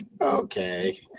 okay